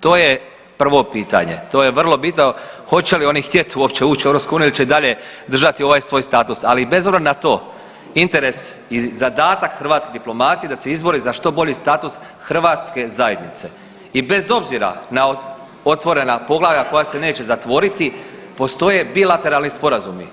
to je prvo pitanje, to je vrlo bitno hoće li oni htjet uopće uć u EU il će i dalje držati ovaj svoj status, ali bez obzira na to interes i zadatak hrvatske diplomacije je da se izbori za što bolji status hrvatske zajednice i bez obzira na otvorena poglavlja koja se neće zatvoriti postoje bilateralni sporazumi.